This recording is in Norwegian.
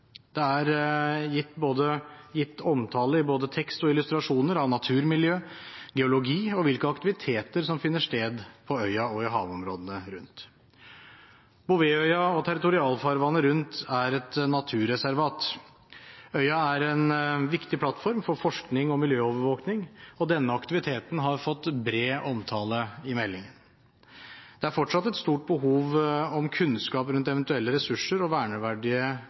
Det er gitt omtale – i både tekst og illustrasjoner – av naturmiljø, geologi og hvilke aktiviteter som finner sted på øya og i havområdene rundt. Bouvetøya og territorialfarvannet rundt er et naturreservat. Øya er en viktig plattform for forskning og miljøovervåking, og denne aktiviteten har fått bred omtale i meldingen. Det er fortsatt et stort behov for kunnskap om eventuelle ressurser og verneverdige